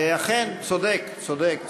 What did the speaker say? אכן, צודק, צודק.